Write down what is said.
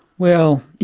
well, you